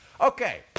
Okay